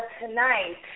tonight